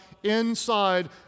inside